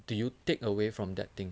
do you take away from that thing